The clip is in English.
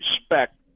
respect